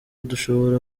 dushobora